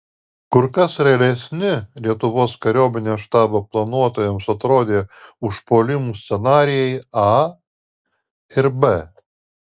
kur kas realesni lietuvos kariuomenės štabo planuotojams atrodė užpuolimų scenarijai a ir b